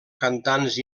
cantants